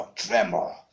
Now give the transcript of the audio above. tremble